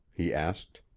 he asked.